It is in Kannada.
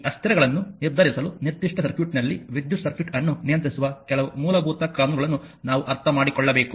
ಈ ಅಸ್ಥಿರಗಳನ್ನು ನಿರ್ಧರಿಸಲು ನಿರ್ದಿಷ್ಟ ಸರ್ಕ್ಯೂಟ್ನಲ್ಲಿ ವಿದ್ಯುತ್ ಸರ್ಕ್ಯೂಟ್ ಅನ್ನು ನಿಯಂತ್ರಿಸುವ ಕೆಲವು ಮೂಲಭೂತ ಕಾನೂನುಗಳನ್ನು ನಾವು ಅರ್ಥಮಾಡಿಕೊಳ್ಳಬೇಕು